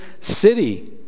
city